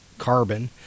carbon